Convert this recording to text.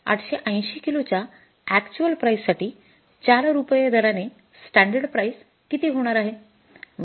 ८३० किलोच्या actual price साठी चार रुपये दराने स्टॅंडर्ड प्राईस किती होणार आहे